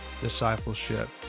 discipleship